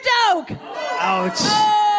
Ouch